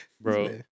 Bro